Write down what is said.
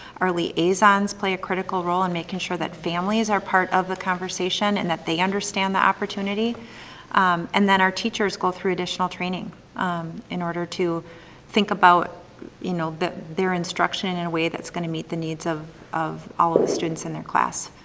our liaisons play a critical role in making sure that families are part of the conversation and that they understand the opportunity and then our teachers go through additional training in order to think about you know their instruction in in a way that's gonna meet the needs of of all of the students in their class.